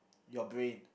your brain